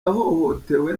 yahohotewe